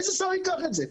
איזה שר ייקח את זה?